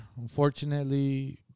Unfortunately